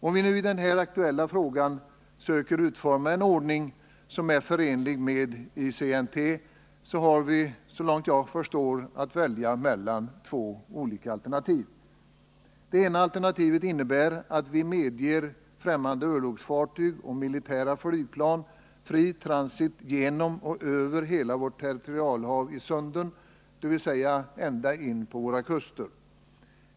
Om vi i den nu aktuella frågan söker utforma en ordning som är förenlig med ICNT, så har vi så långt jag förstår att välja mellan två olika alternativ. Det ena alternativet innebär att vi medger främmande örlogsfartyg och militära flygplan fri transit genom och över hela vårt territorialhav i sunden, dvs. ända in på våra kuster.